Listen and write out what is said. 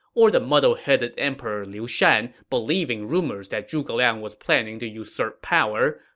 or the muddle-headed emperor liu shan believing rumors that zhuge liang was planning to usurp power,